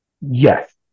Yes